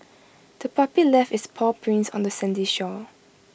the puppy left its paw prints on the sandy shore